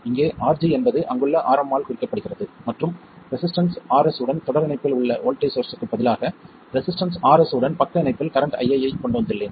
இங்கே RG என்பது அங்குள்ள Rm ஆல் குறிக்கப்படுகிறது மற்றும் ரெசிஸ்டன்ஸ் Rs உடன் தொடர் இணைப்பில் உள்ள வோல்ட்டேஜ் சோர்ஸ்ற்குப் பதிலாக ரெசிஸ்டன்ஸ் Rs உடன் பக்க இணைப்பில் கரண்ட் ii ஐக் கொண்டுள்ளேன்